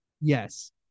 Yes